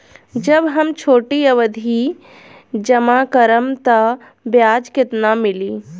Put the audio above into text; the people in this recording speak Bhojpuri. जब हम छोटी अवधि जमा करम त ब्याज केतना मिली?